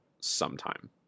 sometime